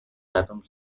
àtoms